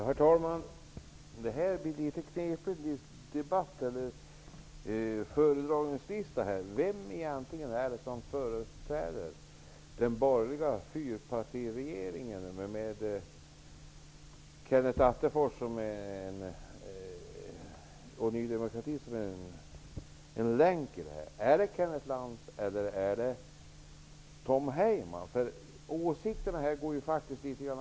Herr talman! Denna debatt håller på att bli litet knepig. Låt oss se på föredragningslistan. Vem är det som egentligen företräder den borgerliga fyrpartiregeringen med Kenneth Attefors och Ny demokrati som en länk i det hela? Är det Kenneth Lantz eller är det Tom Heyman? Åsikterna går faktiskt litet isär.